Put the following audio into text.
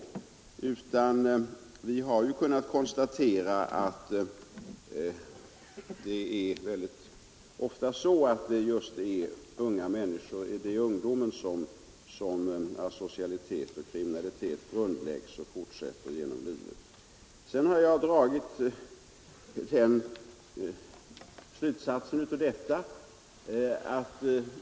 Ofta är det i ungdomen som asocialitet och kriminalitet grundläggs och sedan fortsätter genom livet.